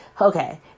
Okay